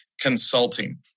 Consulting